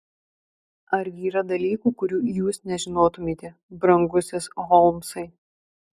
argi yra dalykų kurių jūs nežinotumėte brangusis holmsai